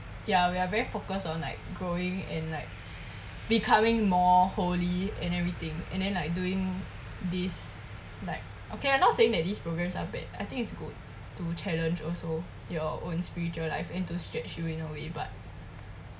ya we are very focused on like growing and like becoming more holy in everything and then like doing this like okay I'm not saying that these programs are bad I think it's good to challenge also your own spiritual life and to stretch you in a way but